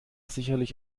sicherlich